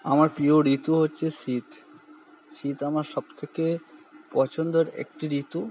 আমার প্রিয় ঋতু হচ্ছে শীত শীত আমার সব থেকে পছন্দর একটি ঋতু